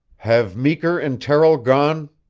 have meeker and terrill gone?